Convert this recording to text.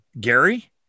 Gary